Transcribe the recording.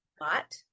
lot